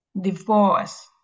divorce